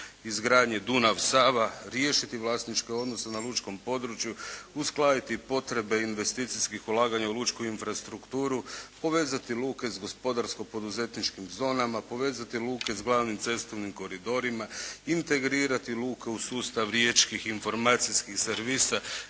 izgradnje Dunav-Sava, riješiti vlasničke odnose na lučkom području, uskladiti potrebe investicijskih ulaganja u lučku infrastrukturu, povezati luke s gospodarsko-poduzetničkim zonama, povezati luke s glavnim cestovnim koridorima, integrirati luke u sustav riječkih, informacijskih servisa